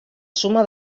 suma